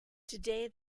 today